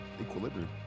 Equilibrium